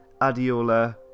Adiola